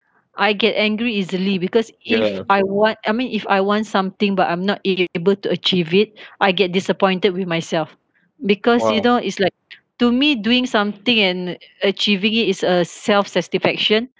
I get angry easily because if I want I mean if I want something but I'm not able to achieve it I get disappointed with myself because you know is like to me doing something and achieving it is a self satisfaction